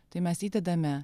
tai mes įdedame